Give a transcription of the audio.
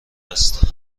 است